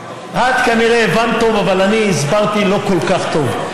את כנראה הבנת טוב, אבל אני הסברתי לא כל כך טוב.